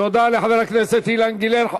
תודה לחבר הכנסת אילן גילאון.